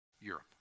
Europe